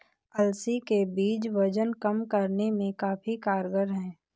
अलसी के बीज वजन कम करने में काफी कारगर है